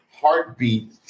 heartbeat